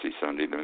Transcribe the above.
Sunday